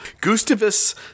Gustavus